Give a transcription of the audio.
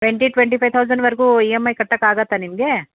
twenty twenty five ಥೌಸಂಡ್ವರೆಗೂ E M I ಕಟ್ಟೋಕ್ಕಾಗುತ್ತಾ ನಿಮಗೆ